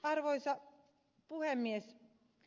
arvoisa puhemies